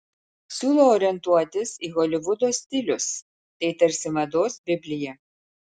siūlau orientuotis į holivudo stilius tai tarsi mados biblija